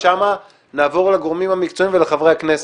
משם נעבור לגורמים המקצועיים ולחברי הכנסת.